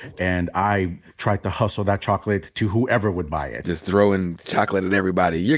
and i tried to hustle that chocolate to whoever would buy it. just throwin' chocolate at everybody. yeah